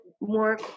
more